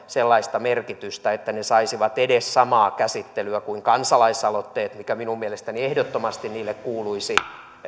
sellaista merkitystä että ne saisivat edes samaa käsittelyä kuin kansalaisaloitteet mikä minun mielestäni ehdottomasti niille kuuluisi